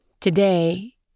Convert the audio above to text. today